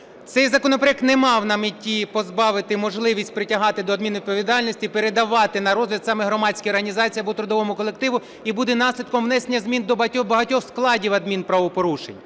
Цей законопроект не мав на меті позбавити можливості притягати до адмінвідповідальності і передавати на розгляд саме громадській організації або трудовому колективу і буде наслідком внесення змін до багатьох-багатьох складів адмінправопорушень.